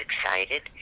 excited